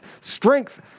strength